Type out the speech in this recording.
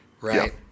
right